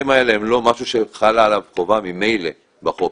האלה הם לא משהו שחלה עליו חובה ממילא בחוק,